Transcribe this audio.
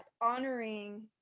honoring